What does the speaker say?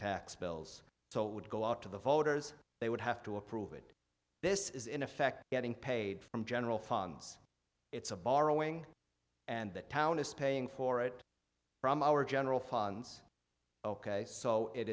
tax bills so it would go out to the voters they would have to approve it this is in effect getting paid from general funds it's a borrowing and that town is paying for it from our general funds ok